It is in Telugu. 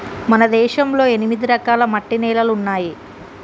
మన దేశంలో ఎనిమిది రకాల మట్టి నేలలున్నాయి